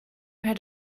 had